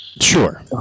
Sure